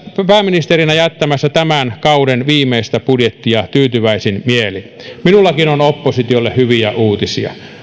pääministerinä jättämässä tämän kauden viimeistä budjettia tyytyväisin mielin minullakin on oppositiolle hyviä uutisia